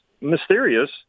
mysterious